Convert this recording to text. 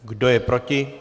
Kdo je proti?